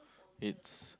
it's